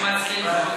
נשמע צליל זלזול בזה?